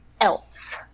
else